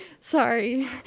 Sorry